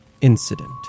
incident